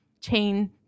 chain